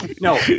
No